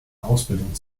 ausbildung